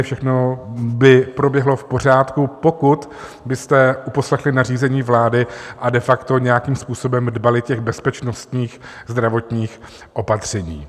Všechno by proběhlo v pořádku, pokud byste uposlechli nařízení vlády a de facto nějakým způsobem dbali bezpečnostních zdravotních opatření.